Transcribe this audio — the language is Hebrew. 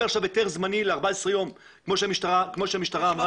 עכשיו היתר זמני ל-14 ימים כמו שהמשטרה אמרה.